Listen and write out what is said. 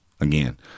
again